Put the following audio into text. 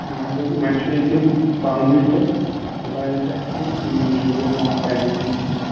وۅنۍ دوٚپ وۅنۍ چھِ أتی پَننُے تہٕ دپاو ییٚتہِ اَسہِ تُل تَمہِ موٗجوٗب ووٚن اَسہِ ونَو پَننسٕے نِش تہٕ